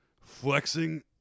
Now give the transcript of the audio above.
flexing